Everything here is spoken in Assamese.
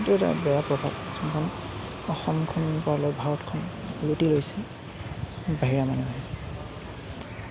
সেইটো এটা বেয়া প্ৰভাৱ অসমখন বা ভাৰতখন লুতি গৈছে বাহিৰা মানুহে